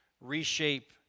reshape